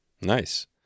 Nice